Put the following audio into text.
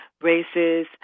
races